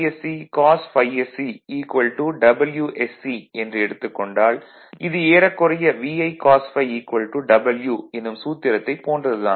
cos ∅sc WSC என்று எடுத்துக் கொண்டால் இது ஏறக்குறைய VIcos ∅ W எனும் சூத்திரத்தை போன்றது தான்